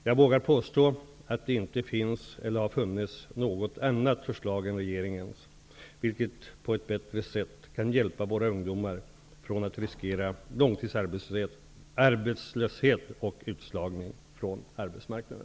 Jag vågar påstå att det inte finns eller har funnits något annat förslag än regeringens, vilket på ett bättre sätt kan hjälpa våra ungdomar från att riskera långtidsarbetslöshet och utslagning från arbetsmarknaden.